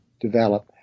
develop